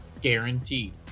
guaranteed